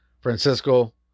Francisco